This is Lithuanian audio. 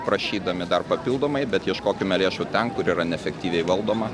prašydami dar papildomai bet ieškokime lėšų ten kur yra neefektyviai valdoma